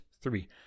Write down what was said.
three